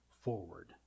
forward